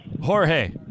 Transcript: Jorge